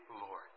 Lord